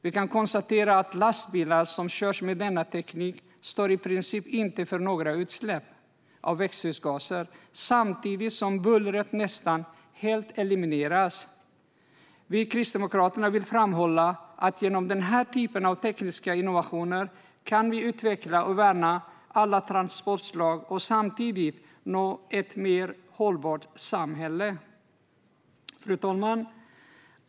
Lastbilar som körs med denna teknik medför i princip inga utsläpp av växthusgaser, samtidigt som bullret nästan helt elimineras. Vi kristdemokrater vill framhålla att man genom den här typen av tekniska innovationer kan utveckla och värna alla transportslag och samtidigt nå ett mer hållbart samhälle. Fru talman!